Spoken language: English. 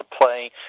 play